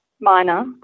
minor